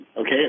okay